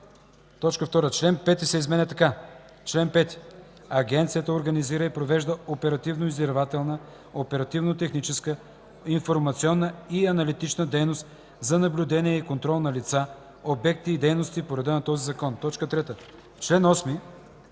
2. Член 5 се изменя така: „Чл. 5. Агенцията организира и провежда оперативно–издирвателна, оперативно-техническа, информационна и аналитична дейност за наблюдение и контрол на лица, обекти и дейности по реда на този закон.“ 3. В чл.